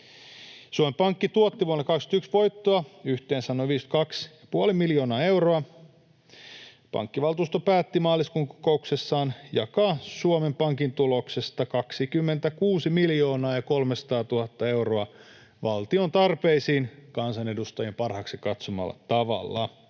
Suomen Pankki tuotti vuonna 21 voittoa yhteensä noin 52,5 miljoonaa euroa. Pankkivaltuusto päätti maaliskuun kokouksessaan jakaa Suomen Pankin tuloksesta 26 300 000 euroa valtion tarpeisiin kansanedustajien parhaaksi katsomalla tavalla.